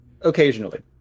occasionally